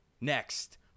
next